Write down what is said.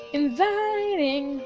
inviting